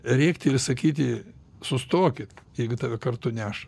rėkti ir sakyti sustokit jeigu tave kartu neša